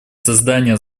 создание